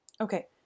Okay